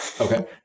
okay